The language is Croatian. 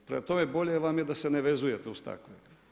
Prema tome, bolje vam je da se ne vezujete uz takve.